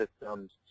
systems